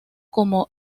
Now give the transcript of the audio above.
como